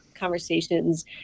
conversations